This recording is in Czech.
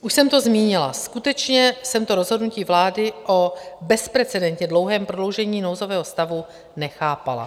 Už jsem to zmínila, skutečně jsem to rozhodnutí vlády o bezprecedentně dlouhém prodloužení nouzového stavu nechápala.